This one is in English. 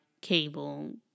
cable